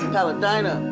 Paladina